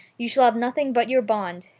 you shall have nothing but your bond.